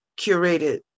curated